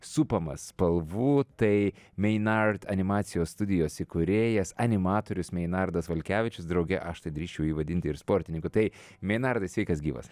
supamas spalvų tai meinart animacijos studijos įkūrėjas animatorius meinardas valkevičius drauge aš tai drįsčiau jį vadinti ir sportininku tai meinardai sveikas gyvas